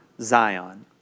Zion